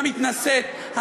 המתנשאת,